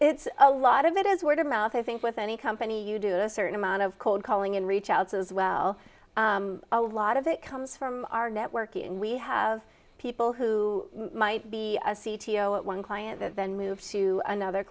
it's a lot of it is word of mouth i think with any company you do a certain amount of cold calling and reach out as well a lot of it comes from our network and we have people who might be a c t o at one client event move to another